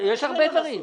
הרבה דברים.